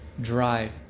drive